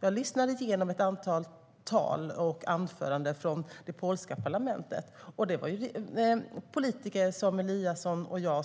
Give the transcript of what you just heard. Jag lyssnade igenom ett antal tal och anföranden från det polska parlamentet, och det var politiker som Eliasson och jag